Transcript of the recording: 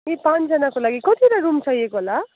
ए पाँचजनाको लागि कतिवटा रुम चाहिएको होला